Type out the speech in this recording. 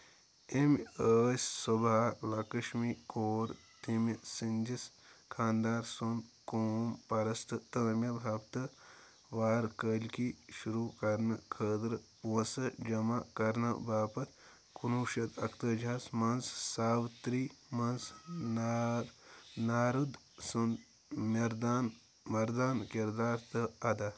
أمۍ ٲسۍ صبح لکشمی كور تَمہِ سٕنٛدِس خانٛدار سُنٛد قوم پرست تٲمِل ہفتہٕ وارٕ کٲلکی شروٗع كرنہٕ خٲطرٕ پونٛسہٕ جمع كرنہٕ باپتھ کُنہٕ وُہ شَتھ تہٕ اَکہٕ تٲجی ہَس منٛز ساوِتری منٛز نا نارٕد سُنٛد مِردانہٕ مَردانہٕ کِردار تہٕ ادا